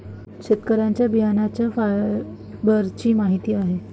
शेतकऱ्यांना बियाण्यांच्या फायबरचीही माहिती आहे